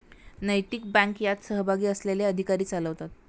नैतिक बँक यात सहभागी असलेले अधिकारी चालवतात